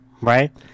right